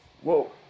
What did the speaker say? Whoa